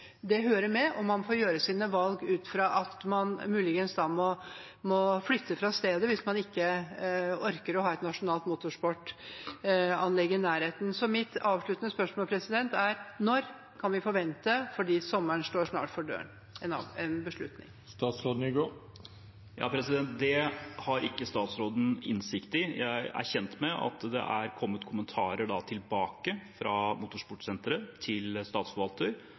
Det hører med, og man får gjøre sine valg ut fra at man muligens da må flytte fra stedet – hvis man ikke orker å ha et nasjonalt motorsportanlegg i nærheten. Så mitt avsluttende spørsmål er: Når kan vi forvente en beslutning? Sommeren står snart for døren. Det har ikke statsråden innsikt i, jeg er kjent med at det er kommet kommentarer tilbake fra motorsportsenteret til